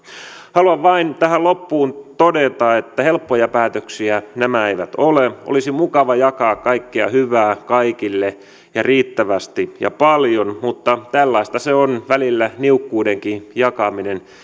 haluan vain tähän loppuun todeta että helppoja päätöksiä nämä eivät ole olisi mukava jakaa kaikkea hyvää kaikille ja riittävästi ja paljon mutta tällaista se on välillä niukkuudenkin jakaminen